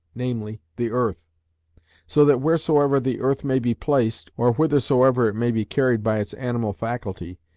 namely, the earth so that wheresoever the earth may be placed, or whithersoever it may be carried by its animal faculty,